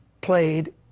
played